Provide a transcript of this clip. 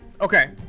Okay